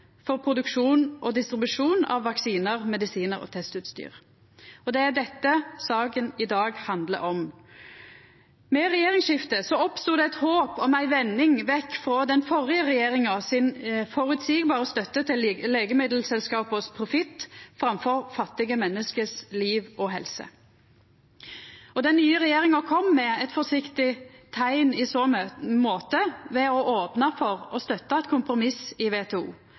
for produksjon og distribusjon av vaksinar, medisinar og testutstyr. Det er dette saka i dag handlar om. Med regjeringsskiftet oppstod det eit håp om ei vending vekk frå den førre regjeringa si føreseielege støtte til profitt for legemiddelselskapa framfor liv og helse for fattige menneske. Den nye regjeringa kom med eit forsiktig teikn i så måte ved å opna for å støtta eit kompromiss i